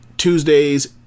Tuesdays